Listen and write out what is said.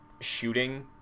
Shooting